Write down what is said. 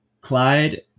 Clyde